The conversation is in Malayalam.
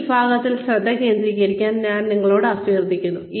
ഈ വിഭാഗത്തിൽ ശ്രദ്ധ കേന്ദ്രീകരിക്കാൻ ഞാൻ നിങ്ങളോട് അഭ്യർത്ഥിക്കുന്നു